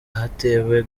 hatewe